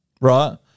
Right